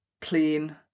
clean